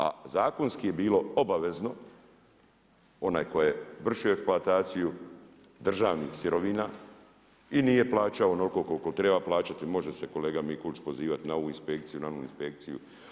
A zakonski je bilo obavezno, onaj koji je vršio eksploataciju državnih sirovina i nije plaćao onoliko koliko treba plaćati, može se kolega Mikulić pozivati na ovu inspekciju, na onu inspekciju.